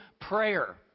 prayer